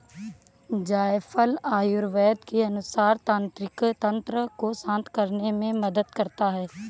जायफल आयुर्वेद के अनुसार तंत्रिका तंत्र को शांत करने में मदद करता है